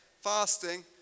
fasting